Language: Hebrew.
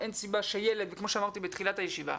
אין סיבה שילד, וכמו שאמרתי בתחילת הישיבה,